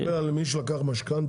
אתה מדבר על מי שלקח משכנתה?